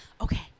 okay